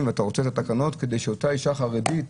ואתה רוצה את התקנות כדי שאותה אישה חרדית,